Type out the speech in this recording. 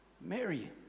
Mary